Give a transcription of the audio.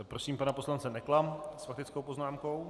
Prosím pana poslance Nekla s faktickou poznámkou.